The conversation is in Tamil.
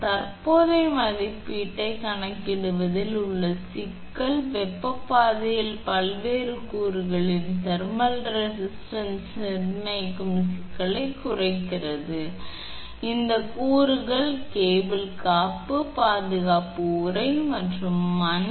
எனவே தற்போதைய மதிப்பீட்டைக் கணக்கிடுவதில் உள்ள சிக்கல் வெப்பப் பாதையின் பல்வேறு கூறுகளின் தெர்மல் ரெசிஸ்டன்ஸ் நிர்ணயிக்கும் சிக்கலைக் குறைக்கிறது இந்த கூறுகள் கேபிள் காப்பு பாதுகாப்பு உறை மற்றும் மண்